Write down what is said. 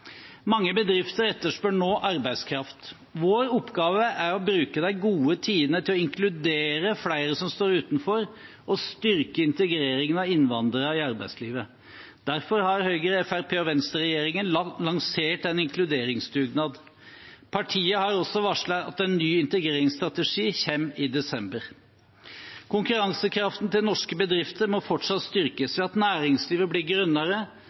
Mange bedrifter etterspør nå arbeidskraft. Vår oppgave er å bruke de gode tidene til å inkludere flere som står utenfor, og å styrke integreringen av innvandrere i arbeidslivet. Derfor har Høyre–Fremskrittsparti–Venstre-regjeringen lansert en inkluderingsdugnad. Partiene har også varslet at en ny integreringsstrategi kommer i desember. Konkurransekraften til norske bedrifter må fortsatt styrkes ved at næringslivet blir